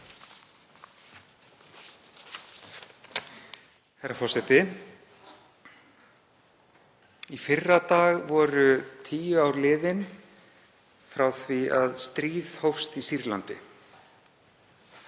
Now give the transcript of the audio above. Herra forseti. Í fyrradag voru tíu ár liðin frá því að stríð hófst í Sýrlandi.